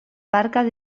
barques